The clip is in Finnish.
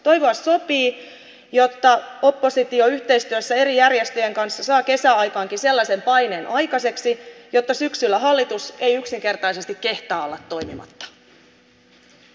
toivoa sopii että oppositio yhteistyössä eri järjestöjen kanssa saa kesäaikaankin sellaisen paineen aikaiseksi että syksyllä hallitus ei yksinkertaisesti kehtaa olla toimimatta